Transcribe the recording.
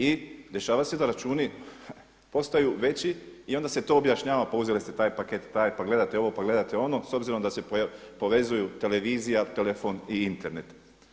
I dešava se da računi postaju veći i onda se to objašnjava pa uzeli ste taj paket, taj, pa gledate ovo, pa gledate ono s obzirom da se povezuju televizija, telefon i Internet.